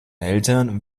eltern